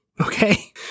okay